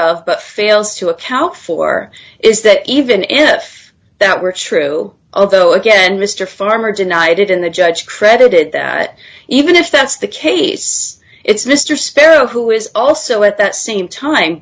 of but fails to account for is that even if that were true although again mr farmer denied it and the judge credited that even if that's the case it's mr sparrow who is also at the same time